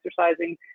exercising